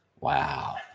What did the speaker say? Wow